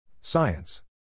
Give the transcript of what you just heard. Science